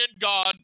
God